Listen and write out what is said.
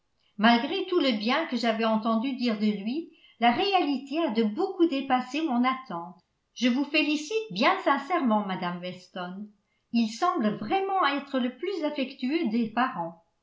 malgré tout le bien que j'avais entendu dire de lui la réalité a de beaucoup dépassé mon attente je vous félicite bien sincèrement mme weston il semble vraiment être le plus affectueux des parents